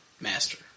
master